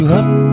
up